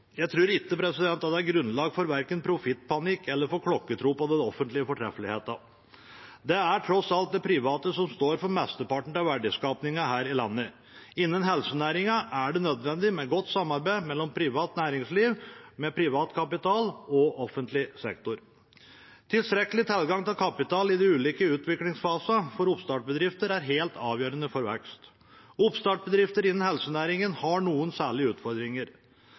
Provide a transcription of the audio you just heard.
Jeg tror ikke at det er grunnlag for verken profittpanikk eller klokkertro på den offentlige fortreffeligheten. Det er tross alt det private som står for mesteparten av verdiskapingen her i landet. Innen helsenæringen er det nødvendig med godt samarbeid mellom privat næringsliv – med privat kapital – og offentlig sektor. Tilstrekkelig tilgang til kapital i de ulike utviklingsfasene for oppstartsbedrifter er helt avgjørende for vekst. Oppstartsbedrifter innen helsenæringen har noen særlige utfordringer.